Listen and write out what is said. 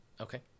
Okay